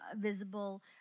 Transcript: visible